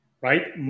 right